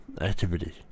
activity